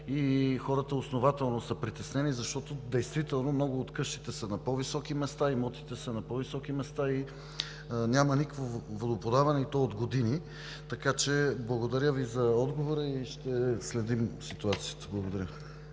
Хората основателно са притеснени, защото действително много от къщите са на по-високи места, имотите са на по-високи места, а няма никакво водоподаване, и то от години. Благодаря Ви за отговора – ще следим ситуацията. Благодаря.